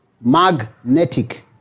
magnetic